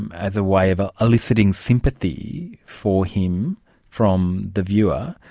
as a way of ah eliciting sympathy for him from the viewer.